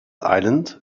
island